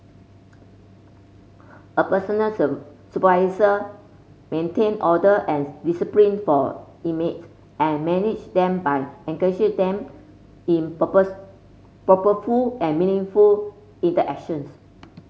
a personal supervisor maintain order and discipline for inmates and manage them by engaging them in purpose purposeful and meaningful interactions